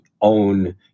own